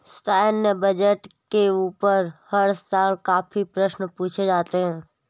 सैन्य बजट के ऊपर हर साल काफी प्रश्न पूछे जाते हैं